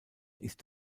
ist